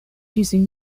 using